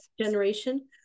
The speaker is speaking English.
generation